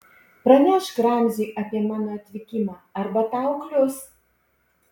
pranešk ramziui apie mano atvykimą arba tau klius